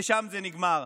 ושם זה נגמר.